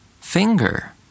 Finger